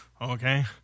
okay